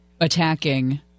attacking